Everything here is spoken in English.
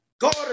God